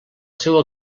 seua